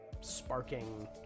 sparking